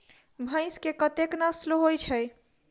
भैंस केँ कतेक नस्ल होइ छै?